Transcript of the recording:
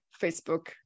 facebook